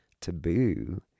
taboo